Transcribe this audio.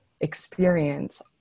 experience